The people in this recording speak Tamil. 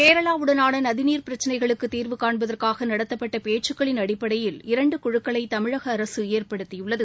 கேரளாவுடனான நதி நீர் பிரச்சனைகளுக்கு தீர்வு காண்பதற்காக நடத்தப்பட்ட பேச்சக்களின் அடிப்பைடயில் இரண்டு குழுக்களை தமிழக அரசு ஏற்படுத்தியுள்ளது